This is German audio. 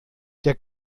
der